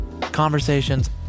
Conversations